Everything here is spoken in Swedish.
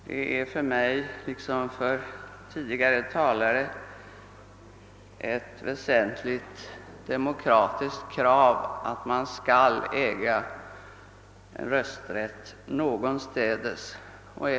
Det är för mig liksom för flera av de föregående talarna ett väsentligt demokratiskt krav att man skall äga rösträtt någonstädes.